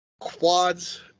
Quads